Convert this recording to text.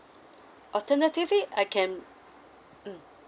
alternatively I can mm